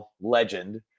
Legend